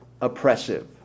oppressive